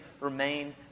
remain